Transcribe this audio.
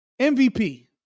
MVP